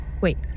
Wait